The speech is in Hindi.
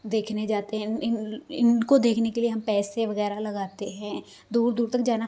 देखने जाते हैं इन इन इनको देखने के लिए हम पैसे वगैरह लगाते हैं दूर दूर तक जाना